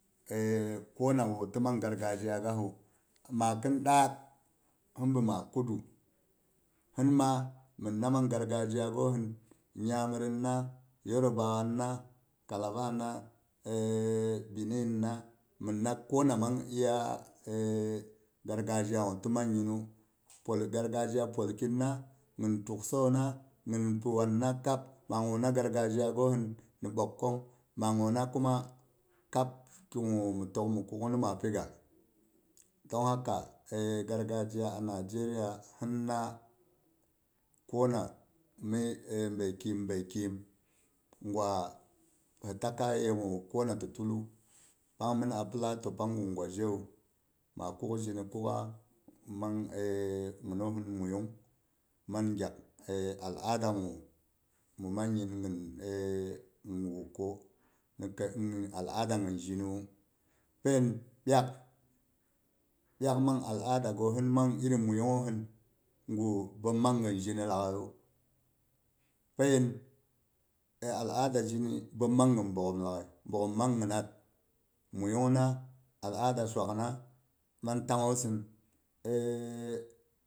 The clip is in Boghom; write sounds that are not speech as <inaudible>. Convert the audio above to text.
<hesitation> konawo timan gargazhiya gasu ma kɨn da- ak hin bi ma kudu hin ma minna man gargazhiya gosɨn, inyamarinna, yarbawana kalabana, <hesitation> bininna, mi mab kona man iya <hesitation> gargaziya ga timanginu. pol gargazhiya polkinna gin tuksəuna, gin piwanna kab məguna gargazhiya gosɨn ni bəkkong. Magu na kuma kab kigu mi tək mi kuk'u mi maa piga. Don haka <hesitation> gargazhiya a nigeria hinna, kona mi bəikhim- bəkhim. gwa hi takai yegu kona ti tulai pang mɨn a plato pangu gira zhewu ma kuk zhini kuk'a man ginohin muiyang man gyak al'adagu min mangin mɨn <hesitation> nimgu ko ni <hesitation> al'ada gin zhiniwu, pain biak, piak man al'adagosin man iri muiyungngosɨn ga bəom man gin zhini lag'aiya. pain al'ada zhini bəom man gin bogghom lag'ai, bogghom man ginat, muiyungna, al'ada swakna man tangngosin <hesitation>